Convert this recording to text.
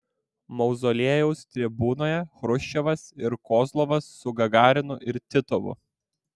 mauzoliejaus tribūnoje chruščiovas ir kozlovas su gagarinu ir titovu